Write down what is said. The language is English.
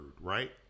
right